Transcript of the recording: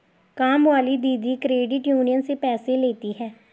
कामवाली दीदी credit union से पैसे लेती हैं